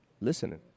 listening